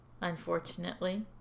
unfortunately